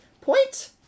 Point